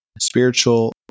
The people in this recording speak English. spiritual